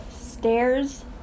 stairs